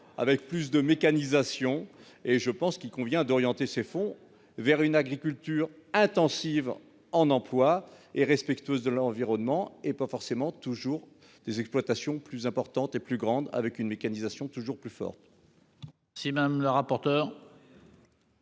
avec plus de mécanisation et je pense qu'il convient d'orienter ces fonds vers une agriculture intensive en emploi et respectueuse de l'environnement et pas forcément toujours des exploitations plus importante et plus grande avec une mécanisation toujours plus fort. Si même le rapporteur.